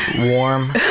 warm